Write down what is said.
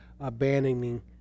abandoning